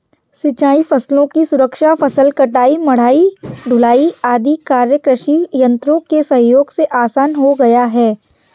सिंचाई फसलों की सुरक्षा, फसल कटाई, मढ़ाई, ढुलाई आदि कार्य कृषि यन्त्रों के सहयोग से आसान हो गया है